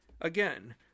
Again